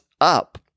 up